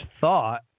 thought